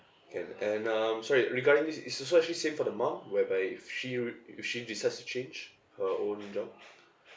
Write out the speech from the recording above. can and um sorry regarding this it's it's also actually same for the mum whereby if she would if she decides to change her own job